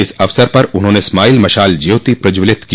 इस अवसर पर उन्होंने स्माइल मशाल ज्योति पज्जवलित की